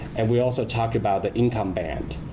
and we also talked about the income band.